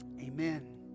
Amen